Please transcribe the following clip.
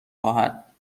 خواهد